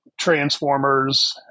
Transformers